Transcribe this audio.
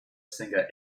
singer